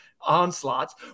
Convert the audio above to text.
onslaughts